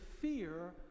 fear